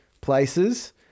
places